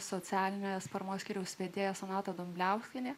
socialinės paramos skyriaus vedėja sonata dumbliauskienė